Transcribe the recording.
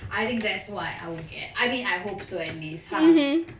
I think that's what I would get I mean I hope so at least ya